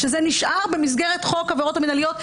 שזה נשאר במסגרת חוק העבירות המינהליות,